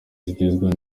zigezweho